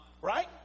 Right